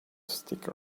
stick